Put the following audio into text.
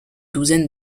douzaine